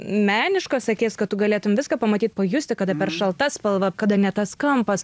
meniškos akies kad tu galėtum viską pamatyt pajusti kada per šalta spalva kada ne tas kampas